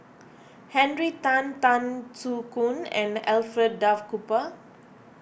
Henry Tan Tan Soo Khoon and Alfred Duff Cooper